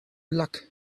luck